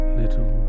little